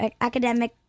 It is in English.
Academic